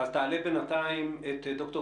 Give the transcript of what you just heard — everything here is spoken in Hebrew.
ניהלתי את משלט קורונה של קופת